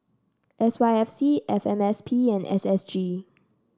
S Y F C F M S P and S S G